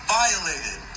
violated